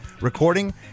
recording